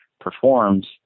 performs